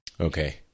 Okay